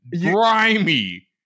grimy